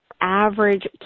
average